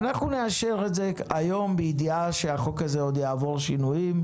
אנחנו נאשר את זה היום בידיעה שהחוק הזה עוד יעבור שינויים,